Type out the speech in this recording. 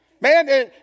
Man